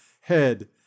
head